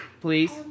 please